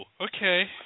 Okay